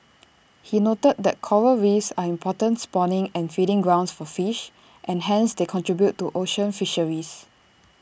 he noted that Coral reefs are important spawning and feeding grounds for fish and hence they contribute to ocean fisheries